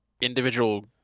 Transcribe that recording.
individual